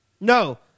no